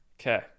Okay